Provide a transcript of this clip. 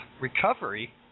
recovery